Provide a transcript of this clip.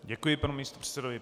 Děkuji panu místopředsedovi.